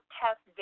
test